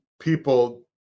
people